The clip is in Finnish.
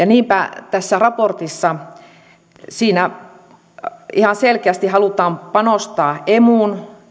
niinpä tässä raportissa ihan selkeästi halutaan panostaa emuun